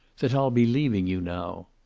that i'll be leaving you now.